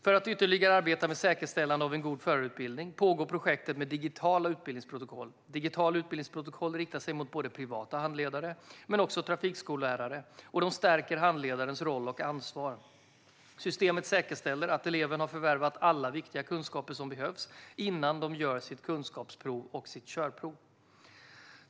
För att ytterligare arbeta med säkerställande av en god förarutbildning pågår projektet med digitala utbildningsprotokoll. Digitala utbildningsprotokoll riktar sig mot både privata handledare och trafikskolelärare och stärker handledarens roll och ansvar. Systemet säkerställer att eleven har förvärvat alla viktiga kunskaper som behövs innan man gör sitt kunskapsprov och körprov.